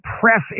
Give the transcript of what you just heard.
press